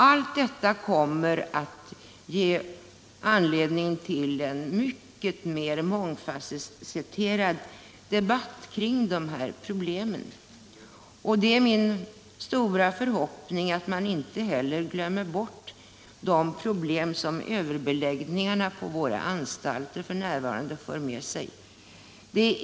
Allt detta kommer att ge anledning till en mångfasetterad debatt kring dessa problem. Det är min stora förhoppning att man inte heller glömmer bort de problem som överbeläggningarna på våra anstalter f. n. för med sig.